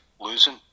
losing